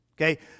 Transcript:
Okay